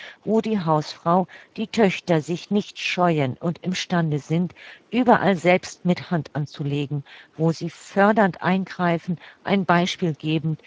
wo die hausfrau die töchter sich nicht scheuen und im stande sind überall selbst mit hand anzulegen wo sie fördernd eingreifen ein beispiel gebend